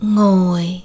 Ngồi